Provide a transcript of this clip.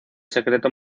secreto